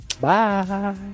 Bye